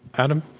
adam,